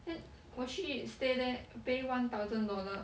then 我去 stay there pay one thousand dollar